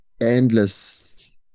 endless